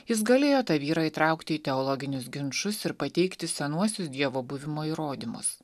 jis galėjo tą vyrą įtraukti į teologinius ginčus ir pateikti senuosius dievo buvimo įrodymus